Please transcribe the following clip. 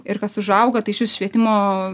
ir kas užauga tai išvis švietimo